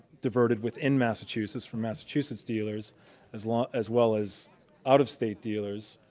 diverted within massachusetts from massachusetts dealers as well ah as well as out-of-state dealers,